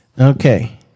Okay